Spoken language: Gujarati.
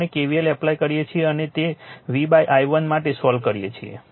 આપણે KVL એપ્લાય કરીએ છીએ અને તેને V બાય i1 માટે સોલ્વ કરીએ છીએ